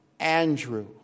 Andrew